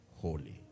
holy